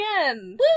again